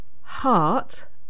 heart